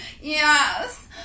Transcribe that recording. Yes